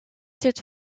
cette